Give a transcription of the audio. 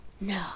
No